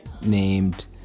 named